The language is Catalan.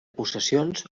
possessions